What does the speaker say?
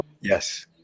Yes